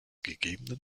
gegebenen